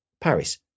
Paris